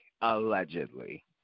Allegedly